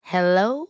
Hello